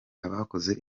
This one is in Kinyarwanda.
abakoze